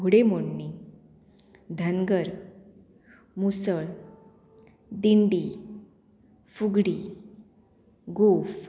घुडेमोडणी धनगर मुसळ दिंडी फुगडी गोफ